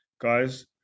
guys